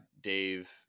Dave